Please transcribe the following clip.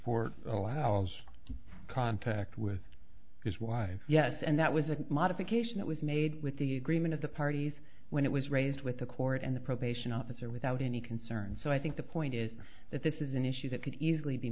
allows contact with his wife yes and that was a modification that was made with the agreement of the parties when it was raised with the court and the probation officer without any concerns so i think the point is that this is an issue that could easily be